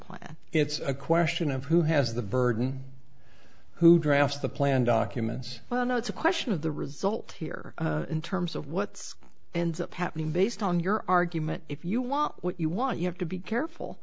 plan it's a question of who has the burden who drafts the plan documents well no it's a question of the result here in terms of what's and happening based on your argument if you want what you want you have to be careful